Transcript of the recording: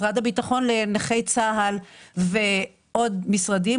משרד הביטחון לנכי צה"ל ועוד משרדים.